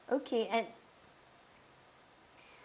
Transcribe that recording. okay and